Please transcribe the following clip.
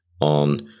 on